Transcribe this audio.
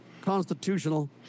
constitutional